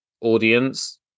audience